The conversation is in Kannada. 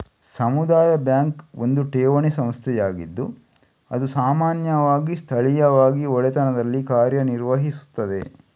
ಸಮುದಾಯ ಬ್ಯಾಂಕ್ ಒಂದು ಠೇವಣಿ ಸಂಸ್ಥೆಯಾಗಿದ್ದು ಅದು ಸಾಮಾನ್ಯವಾಗಿ ಸ್ಥಳೀಯವಾಗಿ ಒಡೆತನದಲ್ಲಿ ಕಾರ್ಯ ನಿರ್ವಹಿಸುತ್ತದೆ